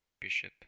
Bishop